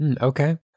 Okay